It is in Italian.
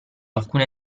alcune